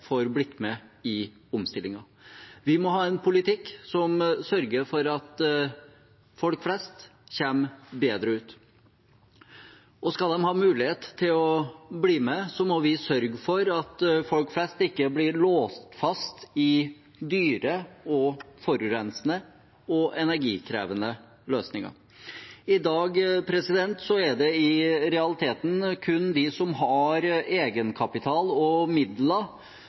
blitt med i omstillingen. Vi må ha en politikk som sørger for at folk flest kommer bedre ut, og skal de ha mulighet til å bli med, må vi sørge for at folk flest ikke blir låst fast i dyre, forurensende og energikrevende løsninger. I dag er det i realiteten kun de som har egenkapital og midler,